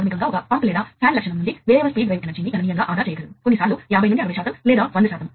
ఆపై ఈ junction box నుండి వాస్తవానికి నెట్వర్క్ ప్రారంభమవుతుంది ఈ భౌతిక ఆకృతీకరణ ను ఇప్పుడే చూద్దాం